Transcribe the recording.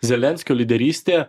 zelenskio lyderystė